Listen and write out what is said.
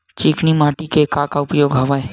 चिकनी माटी के का का उपयोग हवय?